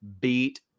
beat